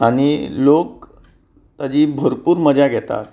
आनी लोक ताजी भरपूर मजा घेता